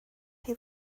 chi